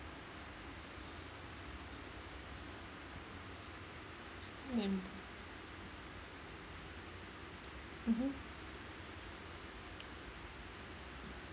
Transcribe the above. name mmhmm